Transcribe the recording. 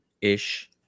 ish